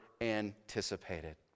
anticipated